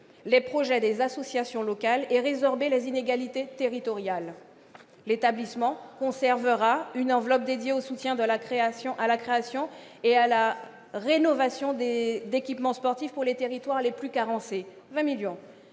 les projets des associations locales et à résorber les inégalités territoriales. L'établissement conservera une enveloppe dédiée au soutien à la création et à la rénovation d'équipements sportifs pour les territoires les plus carencés-